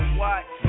watch